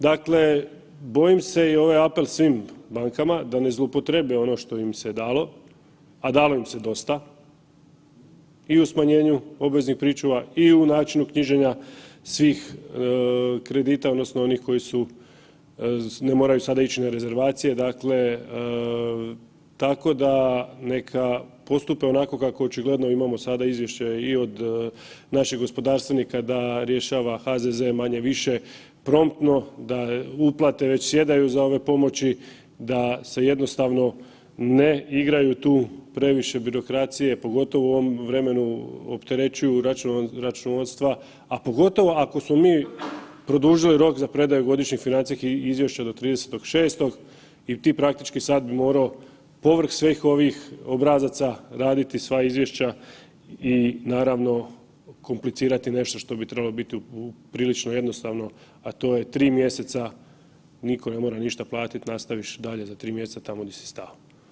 Dakle, bojim se i ovo je apel svim bankama da ne zloupotrebe ono što im se dalo, a dalo im se dosta i u smanjenju obveznih pričuva i u načinu knjiženja svih kredita odnosno onih koji su, ne moraju sada ići na rezervacije, dakle tako da neka postupe onako kako očigledno imamo sada izvješće i od naših gospodarstvenika da rješava HZZ manje-više promptno, da uplate veće sjedaju za ove pomoći, da se jednostavno ne igraju tu previše birokracije, pogotovo u ovom vremenu opterećuju računovodstva, a pogotovo ako smo mi produžili rok za predaju godišnjih financijskih izvješća do 30.6. i ti praktički sad bi morao pored svih ovih obrazaca raditi sva izvješća i naravno komplicirati nešto što bi trebalo biti prilično jednostavno, a to je 3 mjeseca niko ne mora ništa platit, nastaviš dalje za 3 mjeseca tamo di si stao.